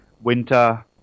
Winter